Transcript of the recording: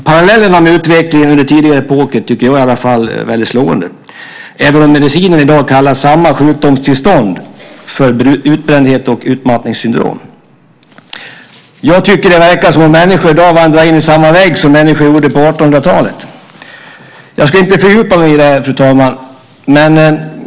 Parallellerna med utvecklingen under tidigare epoker tycker jag i alla fall är väldigt slående, även om medicinen i dag kallar samma sjukdomstillstånd för utbrändhet och utmattningssyndrom. Jag tycker att det verkar som om människor i dag vandrar in i samma vägg som människor gjorde på 1800-talet. Jag ska inte fördjupa mig i detta, fru talman.